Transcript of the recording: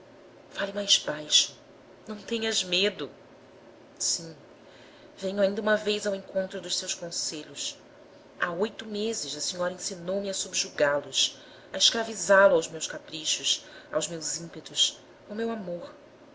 fale mais baixo não tenhas medo sim venho ainda uma vez ao encontro dos seus conselhos há oito meses a senhora ensinou me a subjugá-los a escravizá lo aos meus caprichos aos meus ímpetos ao meu amor